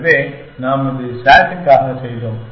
எனவே நாம் இதை SAT க்காக செய்தோம்